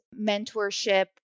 mentorship